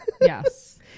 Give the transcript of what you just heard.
Yes